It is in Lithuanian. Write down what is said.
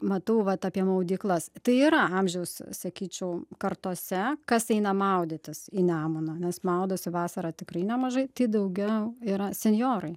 matau vat apie maudyklas tai yra amžiaus sakyčiau kartose kas eina maudytis į nemuną nes maudosi vasarą tikrai nemažai tai daugiau yra senjorai